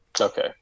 Okay